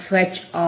H ஆகும்